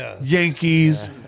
Yankees